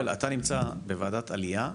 יואל, אתה נמצא בוועדת עלייה.